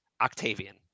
Octavian